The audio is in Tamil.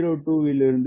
02 இருந்து 0